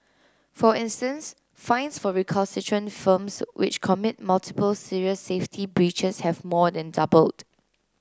for instance fines for recalcitrant firms which commit multiple serious safety breaches have more than doubled